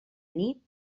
nit